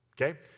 Okay